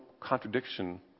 contradiction